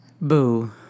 Boo